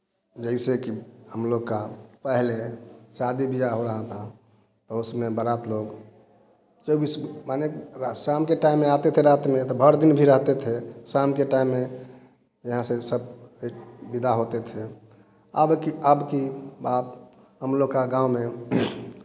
जैसे कि हम लोग का पहले शादी ब्याह हो रहा था तो उसमें बारात लोग माने शाम के टाइम में आते थे रात में तो भर दिन भी रहते थे शाम के टाइम में यहाँ से सब ए विदा होते थे अब की अब की बार हम लोग का गाँव में